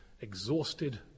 exhausted